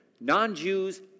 non-Jews